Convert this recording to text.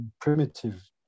primitive